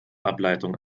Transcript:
ableitung